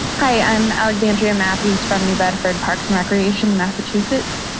hi, i'm alexandrea matthews from new bedford parks and recreation, massachusetts.